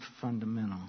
fundamental